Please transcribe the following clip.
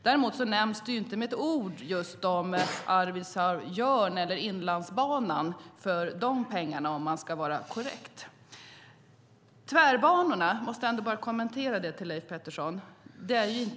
Däremot nämns inte ett ord om Arvidsjaur-Jörn eller Inlandsbanan för de pengarna - om man ska vara korrekt. Jag måste kommentera vad Leif Pettersson sade om tvärbanorna.